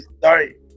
sorry